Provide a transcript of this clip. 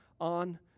on